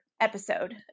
episode